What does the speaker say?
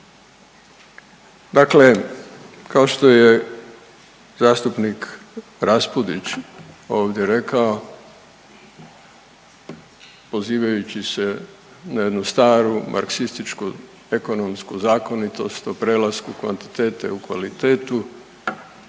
Dakle kao što je zastupnik Raspudić ovdje rekao pozivajući se na jednu staru marksističku ekonomsku zakonitost o prelasku kvantitete u kvalitetu,